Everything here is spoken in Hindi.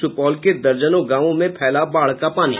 सुपौल के दर्जनों गांवों में फैला बाढ़ का पानी